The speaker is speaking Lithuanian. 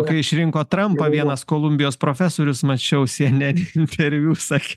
kai išrinko trampą vienas kolumbijos profesorius mačiau cnn interviu sakė